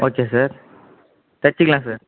okay sir தைச்சுக்கலாம் sir